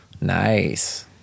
Nice